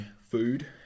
food